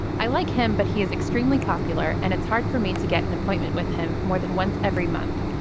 i like him but he is extremely popular and it's hard for me to get an appointment with him more than once every month.